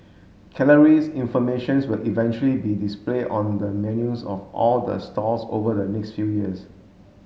calories informations will eventually be display on the menus of all the stalls over the next few years